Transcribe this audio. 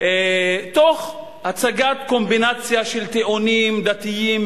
תוך הצגת קומבינציה של טיעונים דתיים,